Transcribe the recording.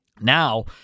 Now